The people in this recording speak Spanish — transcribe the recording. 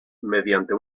mediante